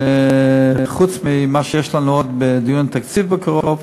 חוץ מזה שיש לנו עוד דיון בתקציב בקרוב,